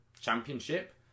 championship